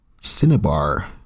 cinnabar